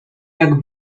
jak